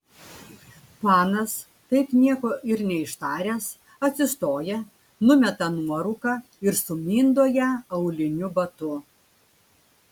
panas taip nieko ir neištaręs atsistoja numeta nuorūką ir sumindo ją auliniu batu